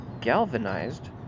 galvanized